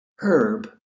Herb